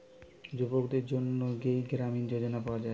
যুবকদের জন্যে যেই গ্রামীণ যোজনা পায়া যায়